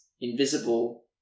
invisible